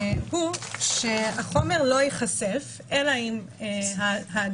הוא שהחומר לא ייחשף אלא אם האדם,